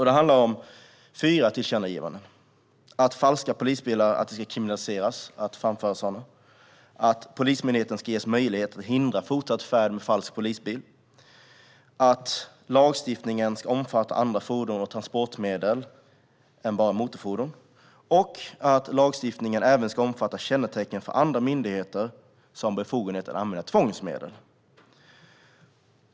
Det handlar om fyra tillkännagivanden: att framförande av falska polisbilar ska kriminaliseras, att Polismyndigheten ska ges möjlighet att hindra fortsatt färd med falsk polisbil, att lagstiftningen ska omfatta andra fordon och transportmedel än bara motorfordon samt att lagstiftningen även ska omfatta kännetecken för andra myndigheter som har befogenhet att använda tvångsmedel.